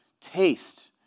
taste